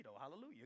Hallelujah